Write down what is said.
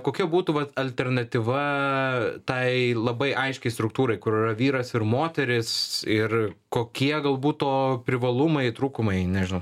kokia būtų vat alternatyva tai labai aiškiai struktūrai kur yra vyras ir moteris ir kokie galbūt to privalumai trūkumai nežinau